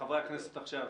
חברי הכנסת עכשיו.